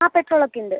ആ പെട്രോൾ ഒക്കെ ഉണ്ട്